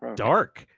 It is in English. dark.